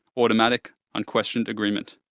automatic, unquestioned agreement.